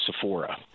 sephora